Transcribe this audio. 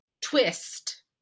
Twist